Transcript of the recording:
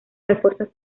refuerzos